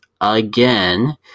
again